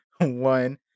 one